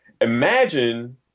Imagine